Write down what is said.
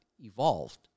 evolved